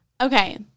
Okay